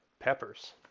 peppers